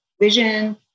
vision